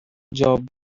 job